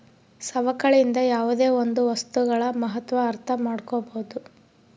ಸವಕಳಿಯಿಂದ ಯಾವುದೇ ಒಂದು ವಸ್ತುಗಳ ಮಹತ್ವ ಅರ್ಥ ಮಾಡ್ಕೋಬೋದು